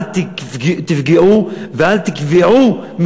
ואל תפגעו,